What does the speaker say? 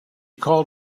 called